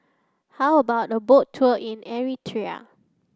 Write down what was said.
how about a boat tour in Eritrea